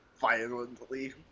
violently